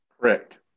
Correct